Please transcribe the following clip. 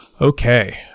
Okay